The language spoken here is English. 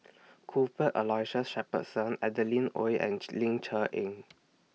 Cuthbert Aloysius Shepherdson Adeline Ooi and Ling Cher Eng